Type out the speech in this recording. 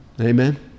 amen